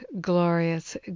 glorious